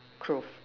cloth